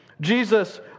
Jesus